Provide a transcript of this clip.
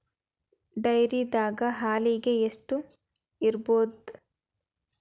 ಡೈರಿದಾಗ ಹಾಲಿಗೆ ಎಷ್ಟು ಇರ್ಬೋದ್?